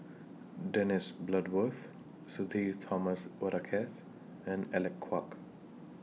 Dennis Bloodworth Sudhir Thomas Vadaketh and Alec Kuok